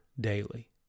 daily